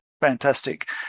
Fantastic